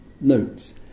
notes